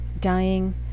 dying